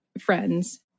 friends